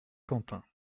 quentin